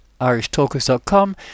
irishtalkers.com